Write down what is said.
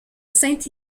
saint